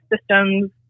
systems